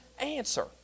answer